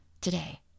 today